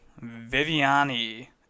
Viviani